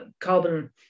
carbon